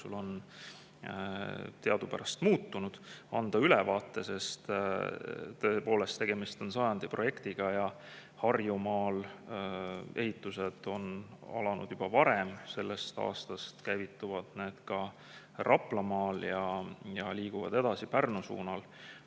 jooksul on teadupärast muutunud, ülevaate anda. Sest tõepoolest, tegemist on sajandi projektiga. Harjumaal on ehitused alanud juba varem, sellest aastast käivituvad need ka Raplamaal ja [see töö] liigub edasi Pärnu suunal.